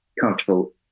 comfortable